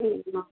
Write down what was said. হুম না